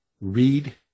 read